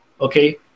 Okay